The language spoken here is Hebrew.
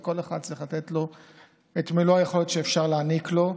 וכל אחד צריך לתת לו את מלוא היכולת שאפשר להעניק לו.